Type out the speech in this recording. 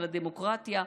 מהדמוקרטיה.